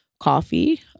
coffee